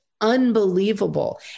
unbelievable